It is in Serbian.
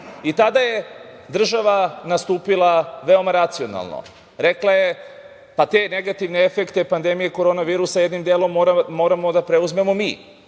i tada je država nastupila veoma racionalno. Rekla je da te negativne efekte pandemije korona virusa jednom delom moramo da preuzmemo mi